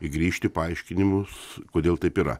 grįžt į paaiškinimus kodėl taip yra